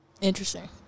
Interesting